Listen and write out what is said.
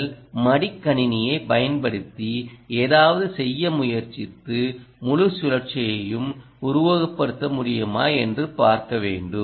உங்கள் மடிக்கணினியைப் பயன்படுத்தி ஏதாவது செய்ய முயற்சித்து முழு சுழற்சியையும் உருவகப்படுத்த முடியுமாஎன்று பார்க்க வேண்டும்